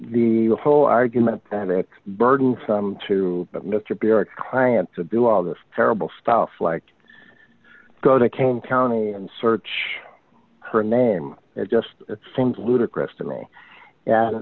the whole argument panix burdensome to mr barrack client to do all this terrible stuff like go to came county and search her name it just seems ludicrous to me